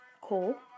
call